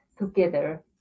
together